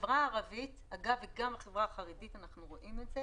בחברה הערבית אגב גם בחברה החרדית אנחנו רואים את זה